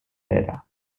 data